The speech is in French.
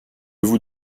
vous